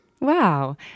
Wow